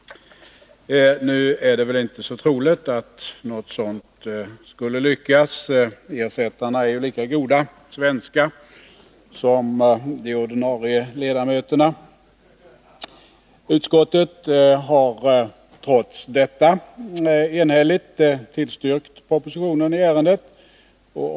Det är väl inte så troligt att något sådant skulle lyckas. Ersättarna är ju lika goda svenskar som de ordinarie ledamöterna. Utskottet har trots detta enhälligt tillstyrkt propositionen i ärendet.